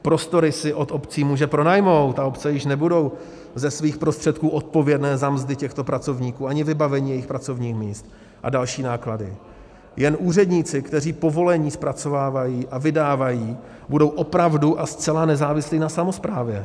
Prostory si od obcí může pronajmout a obce již nebudou ze svých prostředků odpovědné za mzdy těchto pracovníků ani vybavení jejich pracovních míst a další náklady, jen úředníci, kteří povolení zpracovávají a vydávají, budou opravdu a zcela nezávislí na samosprávě.